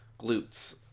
glutes